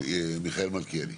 מיכאל מלכיאלי